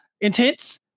intense